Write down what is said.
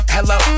Hello